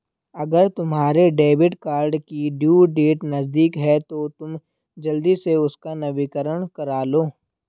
अगर तुम्हारे debit card की ड्यू डेट नज़दीक है तो तुम जल्दी से उसका नवीकरण करालो